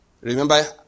Remember